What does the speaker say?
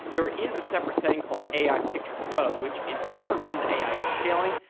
there is a separate setting called ai picture pro which is different from the ai upscaling,